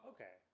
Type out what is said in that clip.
Okay